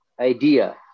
idea